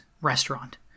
restaurant